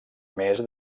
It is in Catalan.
més